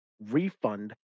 refund